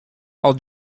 i’ll